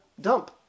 dump